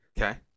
Okay